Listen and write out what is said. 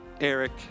Eric